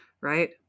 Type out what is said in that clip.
right